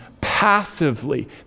passively